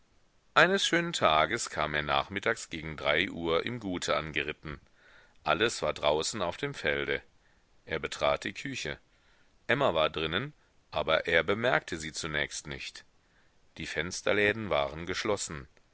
eines schönen tages kam er nachmittags gegen drei uhr im gute angeritten alles war draußen auf dem felde er betrat die küche emma war drinnen aber er bemerkte sie zunächst nicht die fensterläden waren geschlossen